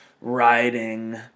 riding